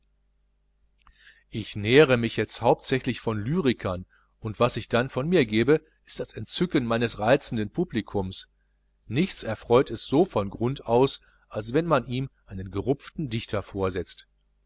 ich nähre mich jetzt hauptsächlich von lyrikern und was ich dann von mir gebe ist das entzücken meines reizenden publikums nichts erfreut es so von grund auf als wenn man ihm einen gerupften dichter vorsetzt